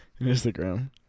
Instagram